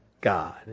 God